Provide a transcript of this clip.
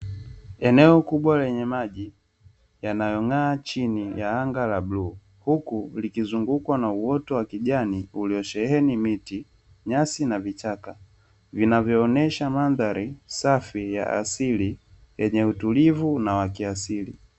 Eneo kubwa lenye maji yanayong'aa chini ya anga la bluu huku likizungukwa na uwoto wa kijani ulisheheni miti, nyasi na vichaka likionesha madhari safi ya asili yenye tulivu na kiasili.